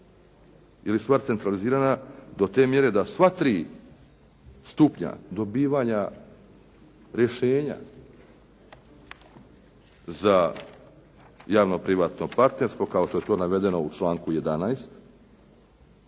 li stvar centralizirana do te mjere da sva tri stupnja dobivanja rješenja za javno-privatno partnerstvo kao što je to navedeno u članku 11.